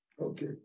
Okay